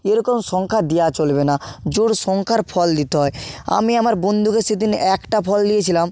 এরকম সংখ্যা দেওয়া চলবে না জোড় সংখ্যার ফল দিতে হয় আমি আমার বন্ধুকে সেদিন একটা ফল দিয়েছিলাম